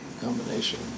combination